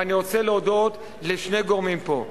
ואני רוצה להודות לשני גורמים פה,